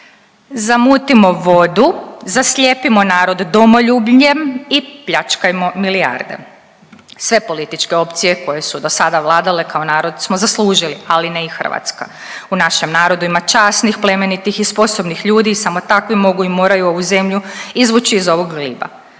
zamutimo vodu, zaslijepimo narod domoljubljem i pljačkajmo milijarde. Sve političke opcije koje su do sada vladale kao narod smo zaslužili, ali ne i Hrvatska. U našem narodu ima časnih, plemenitih i sposobnih ljudi samo takvi mogu i moraju ovu zemlju izvući iz ovog gliba.